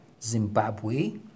Zimbabwe